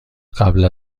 قبل